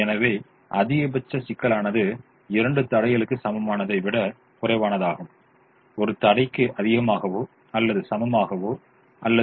எனவே அதிகபட்ச சிக்கலானது 2 தடைகளுக்கு சமமானதை விடக் குறைவானதாகும் 1 தடைக்கு அதிகமாகவோ அல்லது சமமாகவோ உள்ளது